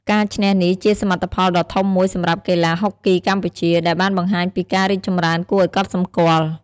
ការឈ្នះនេះជាសមិទ្ធផលដ៏ធំមួយសម្រាប់កីឡាហុកគីកម្ពុជា ដែលបានបង្ហាញពីការរីកចម្រើនគួរឲ្យកត់សម្គាល់។